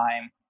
time